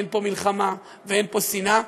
אין פה מלחמה ואין פה שנאה,